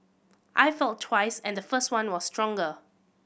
I felt twice and the first one was stronger